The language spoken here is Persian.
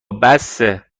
بسه